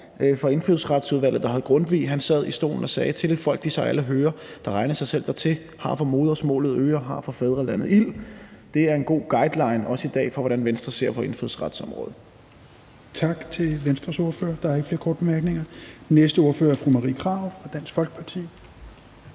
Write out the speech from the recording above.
for Indfødsretsudvalget, der hed Grundtvig, sad i stolen og sagde: »Til et Folk de alle hører,/Som sig regne selv dertil,/Har for Modersmaalet Øre,/Har for Fædrelandet Ild;«. Det er en god guideline også i dag for, hvordan Venstre ser på indfødsretsområdet.